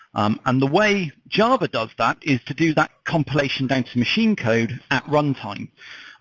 um and the way java does that is to do that compilation down to machine code at runtime.